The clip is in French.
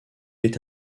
est